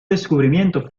descubrimiento